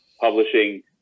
publishing